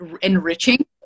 enriching